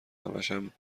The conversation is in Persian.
همشم